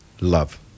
love